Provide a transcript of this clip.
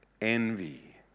Envy